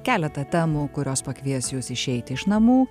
keletą temų kurios pakvies jus išeiti iš namų